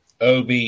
OB